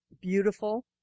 beautiful